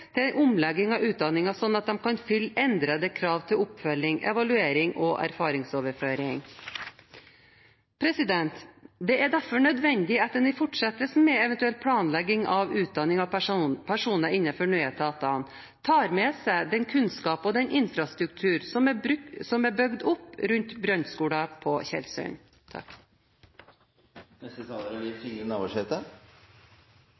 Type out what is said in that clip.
til en omlegging av utdanningen sånn at de kan oppfylle endrede krav til oppfølging, evaluering og erfaringsoverføring. Det er derfor nødvendig at en i fortsettelsen av eventuell planlegging av utdanning av personer innenfor nødetater tar med seg den kunnskap og den infrastruktur som er bygd opp rundt